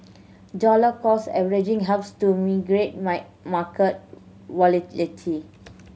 dollar cost averaging helps to market volatility